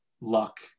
luck